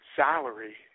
salary